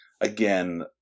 again